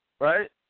right